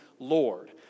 Lord